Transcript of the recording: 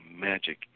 magic